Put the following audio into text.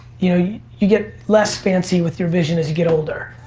you know you you get less fancy with your vision as you get older.